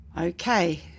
Okay